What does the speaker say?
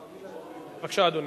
בבקשה, אדוני.